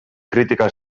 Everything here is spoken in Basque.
kritika